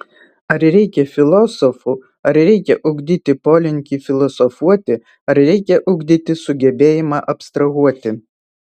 ar reikia filosofų ar reikia ugdyti polinkį filosofuoti ar reikia ugdyti sugebėjimą abstrahuoti